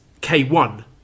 K1